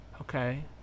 okay